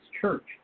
Church